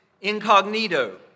incognito